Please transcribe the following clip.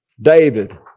David